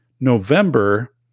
November